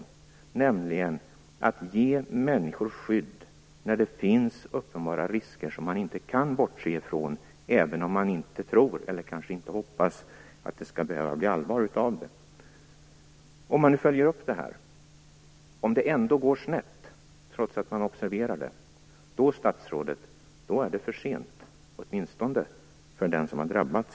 Det handlar om att ge människor skydd när det finns uppenbara risker som man inte kan bortse ifrån, även om man tror och hoppas att det inte skall behöva bli allvar. Om man följer upp det här, och om det går snett trots att man har observerat, då är det för sent, statsrådet, åtminstone för den som har drabbats.